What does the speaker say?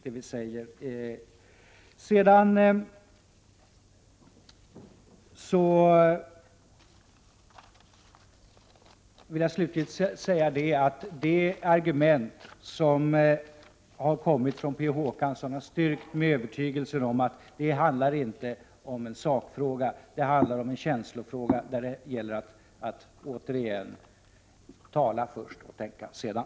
Slutligen vill jag säga att de argument som har kommit från Per Olof Håkansson har styrkt mig i övertygelsen om att vad det här handlar om inte är en sakfråga utan en känslofråga där det gäller att återigen tala först och tänka sedan.